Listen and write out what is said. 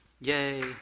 Yay